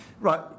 Right